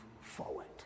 forward